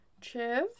Cheers